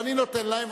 ואני נותן להם,